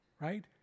right